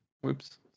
whoops